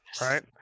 right